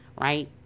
right